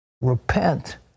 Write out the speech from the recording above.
repent